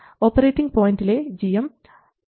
operating പോയിൻറിലെ gm 200 µS ആണ്